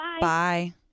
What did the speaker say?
Bye